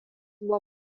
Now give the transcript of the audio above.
buvo